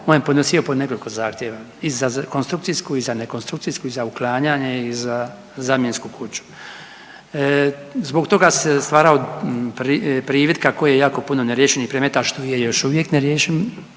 On je podnosio pod nekoliko zahtjeva i za konstrukcijsku i za ne konstrukcijsku i za uklanjanje i za zamjensku kuću. Zbog toga se stvarao privid kako je jako puno neriješenih predmeta što i je još uvijek neriješen